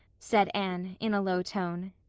said anne, in a low tone.